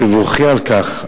תבורכי על כך.